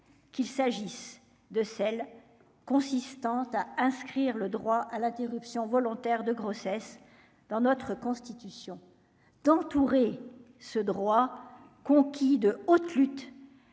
qu'il s'agisse de celle consistant à inscrire le droit à l'interruption volontaire de grossesse dans notre constitution d'entourer ce droit conquis de haute lutte